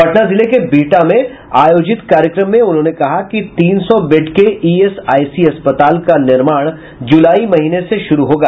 पटना जिले के बिहटा में आयोजित कार्यक्रम में उन्होंने कहा कि तीन सौ बेड के ईएसआईसी अस्पताल का निर्माण जुलाई महीने से शुरू होगा